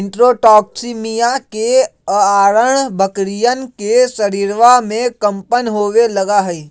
enterotoxaemia के अआरण बकरियन के शरीरवा में कम्पन होवे लगा हई